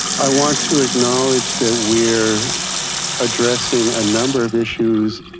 i want to acknowledge that we're addressing a number of issues,